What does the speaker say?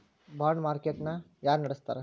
Bond market ನ ಯಾರ್ನಡ್ಸ್ತಾರ?